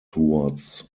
towards